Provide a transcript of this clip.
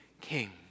king